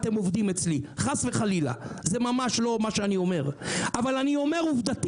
חס וחלילה; אני אומר,